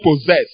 possess